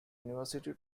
university